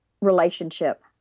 relationship